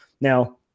now